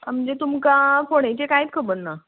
म्हणजे तुमकां फोंडेचें कांयच खबर ना